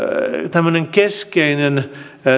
tämmöinen keskeinen